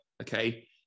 okay